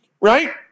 right